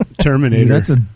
Terminator